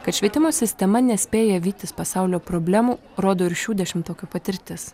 kad švietimo sistema nespėja vytis pasaulio problemų rodo ir šių dešimtokių patirtis